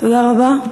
תודה רבה.